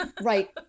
Right